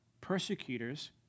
persecutors